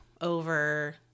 over